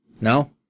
No